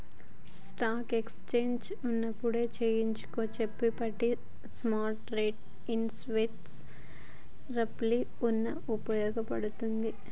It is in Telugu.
స్టాక్ ఎక్స్చేంజ్ యెప్పుడు చెయ్యొచ్చో చెప్పే పట్టిక స్మార్కెట్టు ఇన్వెస్టర్లకి వుపయోగపడతది